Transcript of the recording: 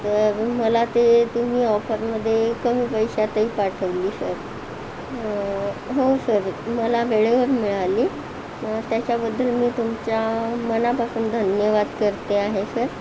तर मला ते तुम्ही ऑफरमध्ये कमी पैशातही पाठवली सर हो सर मला वेळेवर मिळाली त्याच्याबद्दल मी तुमचा मनापासून धन्यवाद करते आहे सर